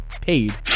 paid